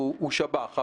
הוא שב"ח.